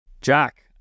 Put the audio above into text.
Jack